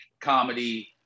comedy